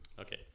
Okay